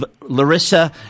Larissa